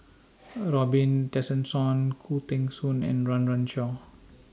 Robin Tessensohn Khoo Teng Soon and Run Run Shaw